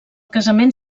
casament